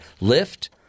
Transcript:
Lift